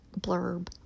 blurb